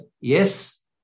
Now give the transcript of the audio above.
yes